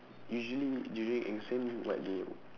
usually during exam what do you